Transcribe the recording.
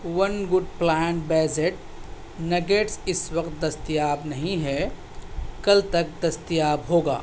one Good plant based nuggets اس وقت دستیاب نہیں ہے کل تک دستیاب ہوگا